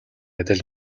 адил